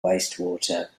wastewater